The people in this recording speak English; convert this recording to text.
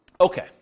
okay